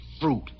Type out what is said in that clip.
fruit